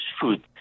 food